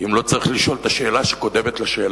אם לא צריך לשאול את השאלה שקודמת לשאלה,